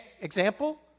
example